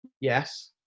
Yes